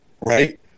right